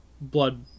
blood